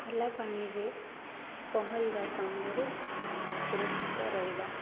ଖୋଲା ପାଣିରେ ପହଁରିବା ସମୟରେ ସୁରକ୍ଷିତ ରହିବା